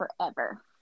forever